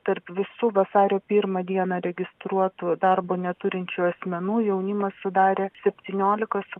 tarp visų vasario pirmą dieną registruotų darbo neturinčių asmenų jaunimas sudarė septynioliką su